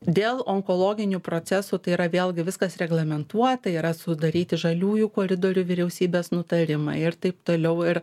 dėl onkologinių procesų tai yra vėlgi viskas reglamentuota yra sudaryti žaliųjų koridorių vyriausybės nutarimai ir taip toliau ir